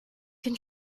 can